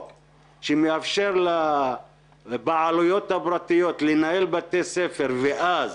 שמאפשר לבעלויות הפרטיות לנהל בתי ספר ואז